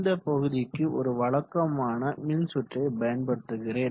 இந்த பகுதிக்கு ஒரு வமக்கமான மின் சுற்றை பயன்படுத்துகிறேன்